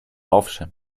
owszem